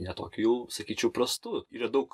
ne tokiu jau sakyčiau prastu yra daug